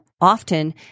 often